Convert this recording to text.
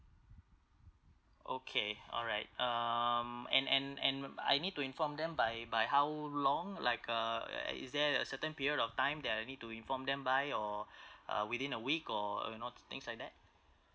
okay alright um and and and I need to inform them by by how long like uh uh is there a certain period of time that I need to inform them by or uh within a week or you know t~ things like that